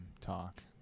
talk